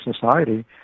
society